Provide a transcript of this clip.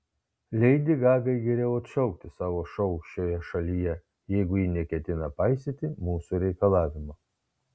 leidi gagai geriau atšaukti savo šou šioje šalyje jeigu ji neketina paisyti mūsų reikalavimo